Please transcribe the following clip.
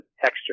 texture